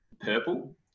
purple